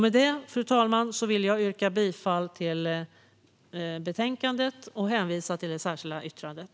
Med detta, fru talman, vill jag yrka bifall till betänkandet och hänvisa till det särskilda yttrandet.